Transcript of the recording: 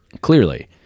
Clearly